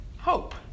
hope